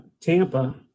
Tampa